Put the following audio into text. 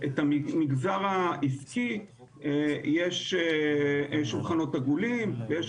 את המגזר העסקי יש שולחנות עגולים ויש